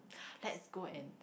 let's go and